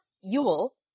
Yule